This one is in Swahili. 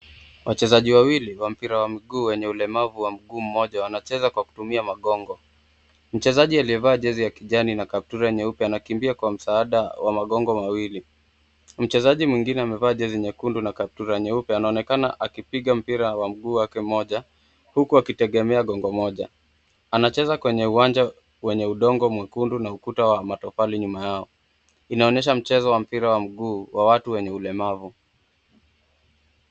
Wachezaji wawili wa mpira wa miguu wenye ulemavu wa mguu mmoja wanacheza kwa kutumia magongo. Mchezaji aliyevaa jezi ya kijani na kaptula nyeupe anakimbia kwa msaada wa magongo mawili. Mchezaji mwingine amevaa jezi nyekundu na kaptula nyeupe anaonekana akipiga mpira kwa mguu wake mmoja huku akitegemea gongo moja. Anacheza kwenye uwanja mwenye udongo mwekundu na ukuta wa matofali nyuma yao. Inaonyesha mchezo wa mpira wa miguu wa watu wenye ulemavu.